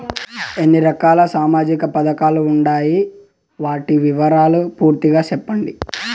ఎన్ని రకాల సామాజిక పథకాలు ఉండాయి? వాటి వివరాలు పూర్తిగా సెప్పండి?